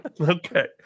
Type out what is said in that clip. Okay